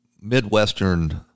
Midwestern